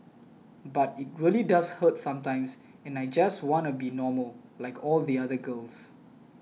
but it really does hurt sometimes and I just wanna be normal like all the other girls